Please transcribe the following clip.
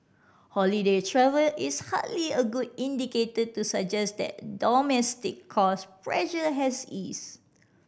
holiday travel is hardly a good indicator to suggest that domestic cost pressure has eased